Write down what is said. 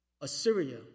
Assyria